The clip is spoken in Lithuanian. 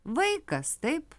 vaikas taip